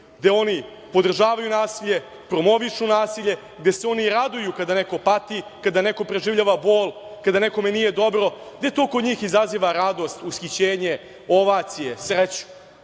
gde oni podržavaju nasilje, promovišu nasilje, gde se oni raduju kada neko pati, kada neko preživljava bol, kada nekome nije dobro, gde to kod njih izaziva radost, ushićenje, ovacije, sreću. To